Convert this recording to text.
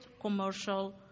commercial